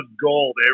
gold